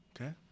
Okay